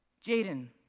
jaden,